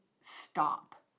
stop